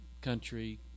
country